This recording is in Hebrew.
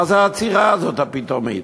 מה זו העצירה הזאת, הפתאומית?